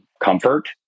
comfort